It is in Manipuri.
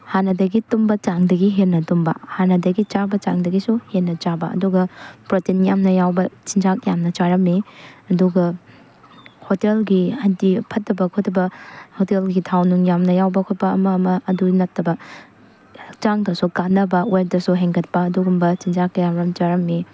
ꯍꯥꯟꯅꯗꯒꯤ ꯇꯨꯝꯕ ꯆꯥꯡꯗꯒꯤ ꯍꯦꯟꯅ ꯇꯨꯝꯕ ꯍꯥꯟꯅꯗꯒꯤ ꯆꯥꯕ ꯆꯥꯡꯗꯒꯤꯁꯨ ꯍꯦꯟꯅ ꯆꯥꯕ ꯑꯗꯨꯒ ꯄ꯭ꯔꯣꯇꯤꯟ ꯌꯥꯝꯅ ꯌꯥꯎꯕ ꯆꯤꯟꯖꯥꯛ ꯌꯥꯝꯅ ꯆꯥꯔꯝꯃꯤ ꯑꯗꯨꯒ ꯍꯣꯇꯦꯜꯒꯤ ꯍꯥꯏꯗꯤ ꯐꯠꯇꯕ ꯈꯣꯠꯇꯕ ꯍꯣꯇꯦꯜꯒꯤ ꯊꯥꯎ ꯅꯨꯡ ꯌꯥꯝꯅ ꯌꯥꯎꯕ ꯑꯃ ꯑꯃ ꯑꯗꯨ ꯅꯠꯇꯕ ꯍꯛꯆꯥꯡꯗꯁꯨ ꯀꯥꯟꯅꯕ ꯋꯦꯠꯇꯁꯨ ꯍꯦꯟꯒꯠꯄ ꯑꯗꯨꯒꯨꯝꯕ ꯆꯤꯟꯖꯥꯛ ꯀꯌꯥꯃꯔꯨ ꯆꯥꯔꯝꯃꯤ